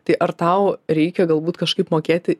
tai ar tau reikia galbūt kažkaip mokėti